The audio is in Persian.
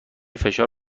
فشار